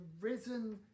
risen